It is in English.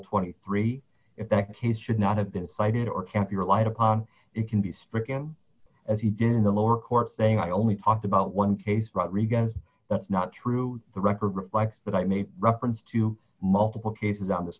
twenty three if that kid should not have been cited or can't be relied upon it can be stricken as he did in the lower court saying i only talked about one case rodriguez that's not true the record reflects that i made reference to multiple cases on this